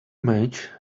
match